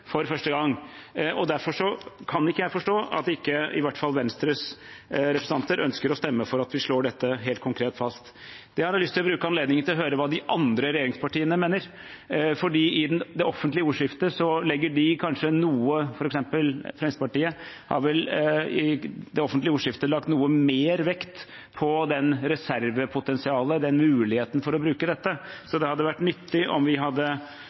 Derfor kan ikke jeg forstå at ikke i hvert fall Venstres representanter ønsker å stemme for at vi slår dette helt konkret fast. Jeg har lyst til å bruke anledningen til å høre hva de andre regjeringspartiene mener. I det offentlige ordskiftet har f.eks. Fremskrittspartiet kanskje lagt noe mer vekt på det reservepotensialet og muligheten for å bruke dette, så det hadde vært nyttig om vi hadde